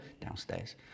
downstairs